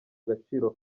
agaciro